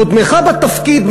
קודמך בתפקיד,